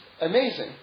amazing